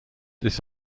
this